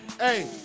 Hey